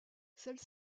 celle